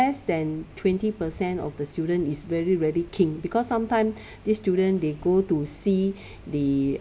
less than twenty percent of the student is really really keen because sometime these students they go to see the